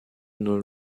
non